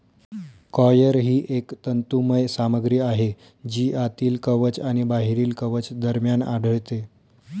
coir ही एक तंतुमय सामग्री आहे जी आतील कवच आणि बाहेरील कवच दरम्यान आढळते